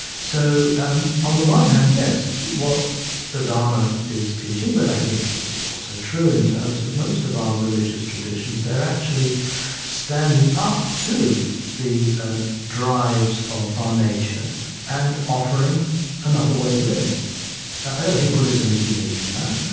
so um on the one hand, yes, what the dharma is teaching. but i think this is also true in terms of most of our religious traditions they're actually standing up to the ah drives of our nature and offering another way of living i don't think buddhism is unique in that.